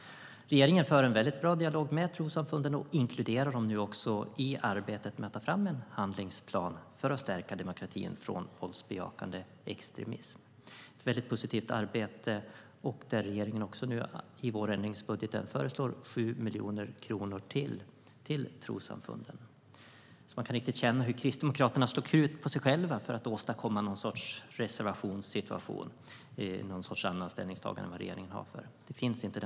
Regeringen för en bra dialog med trossamfunden och inkluderar dem i arbetet med att ta fram en handlingsplan för att stärka demokratin mot våldsbejakande extremism. Det är ett positivt arbete, och i vårändringsbudgeten föreslår regeringen ytterligare 7 miljoner kronor till trossamfunden. Man kan riktigt känna hur Kristdemokraterna slår knut på sig själva för att åstadkomma någon sorts reservationssituation med ett annat ställningstagande än regeringens. Men den skillnaden finns inte.